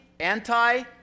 Anti